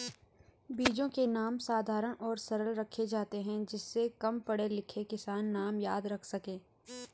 बीजों के नाम साधारण और सरल रखे जाते हैं जिससे कम पढ़े लिखे किसान नाम याद रख सके